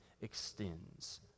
extends